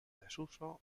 desuso